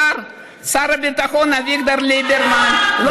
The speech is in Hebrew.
שר הביטחון אביגדור ליברמן.